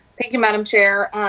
thank you, madam chair.